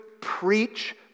preach